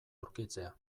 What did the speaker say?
aurkitzea